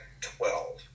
twelve